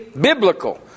biblical